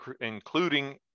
including